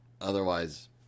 Otherwise